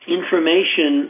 information